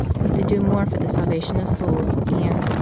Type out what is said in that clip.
was to do more for the salvation of souls, and,